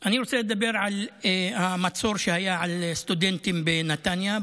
אני רוצה לדבר על המצור שהיה על סטודנטים בנתניה,